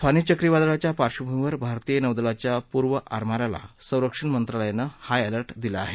फानी चक्रीवादळाच्या पार्श्वभूमीवर भारतीय नौदलाच्या पूर्व आरमाराला संरक्षण मंत्रालयानं हाय अलर्ट दिला आहे